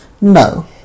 No